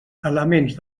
elements